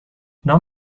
نام